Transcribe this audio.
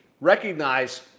recognize